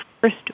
first